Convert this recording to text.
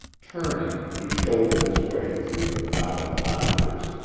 turning, he shouldered his way through the knot of loungers,